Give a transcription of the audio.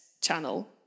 channel